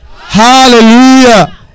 Hallelujah